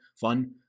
fun